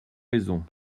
raisons